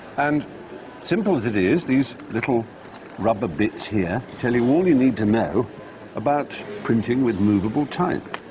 and simple as it is, these little rubber bits here tell you all you need to know about printing with moveable type.